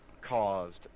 caused